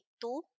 two